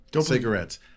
cigarettes